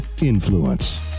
Influence